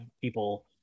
people